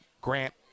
Grant